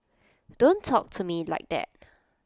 don't talk to me like that